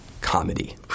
comedy